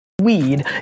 weed